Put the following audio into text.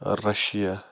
Russia